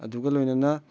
ꯑꯗꯨꯒ ꯂꯣꯏꯅꯅ